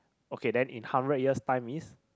okay then in hundred years time is